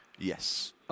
Yes